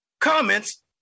comments